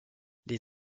les